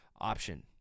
option